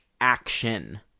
action-